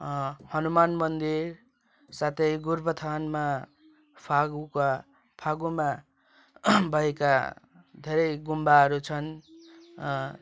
हनुमान मन्दिर साथै गोरुबथानमा फागुका फागुमा भएका धेरै गुम्बाहरू छन्